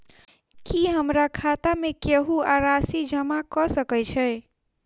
की हमरा खाता मे केहू आ राशि जमा कऽ सकय छई?